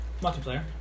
Multiplayer